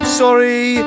sorry